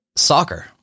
soccer